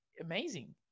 amazing